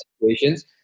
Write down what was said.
situations